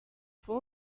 fue